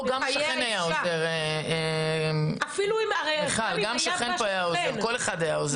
פה גם שכן היה עוזר, מיכל, כל אחד היה עוזר.